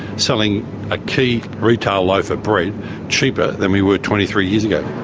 selling a key retail loaf of bread cheaper than we were twenty three years ago.